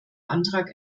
antrag